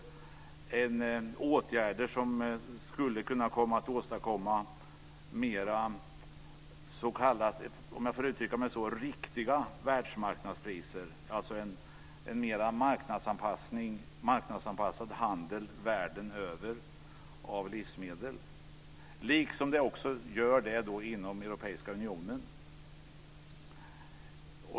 Det blir åtgärder som skulle kunna åstadkomma mer, om jag får uttrycka mig så, riktiga världsmarknadspriser, alltså mer marknadsanpassad handel med livsmedel världen över. På samma sätt är det inom Europeiska unionen.